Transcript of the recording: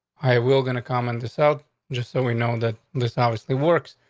i will gonna comment this out just so we know that this obviously works.